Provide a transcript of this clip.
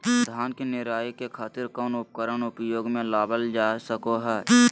धान के निराई के खातिर कौन उपकरण उपयोग मे लावल जा सको हय?